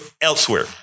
elsewhere